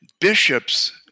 bishops